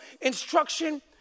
instruction